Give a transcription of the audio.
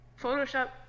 Photoshop